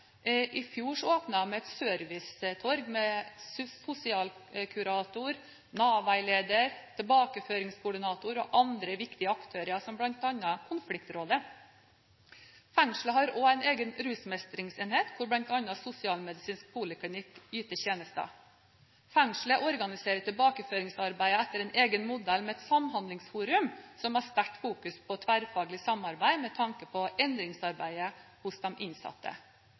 I fjor åpnet de et servicetorg med sosialkurator, Nav-veileder, tilbakeføringskoordinator og andre viktige aktører som bl.a. konfliktråd. Fengselet har også egen rusmestringsenhet hvor bl.a. sosialmedisinsk poliklinikk yter tjenester. Fengselet organiserer tilbakeføringsarbeidet etter en egen modell med et samhandlingsforum som har sterkt fokus på tverrfaglig samarbeid med tanke på endringsarbeidet hos de innsatte.